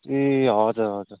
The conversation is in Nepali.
ए हजुर हजुर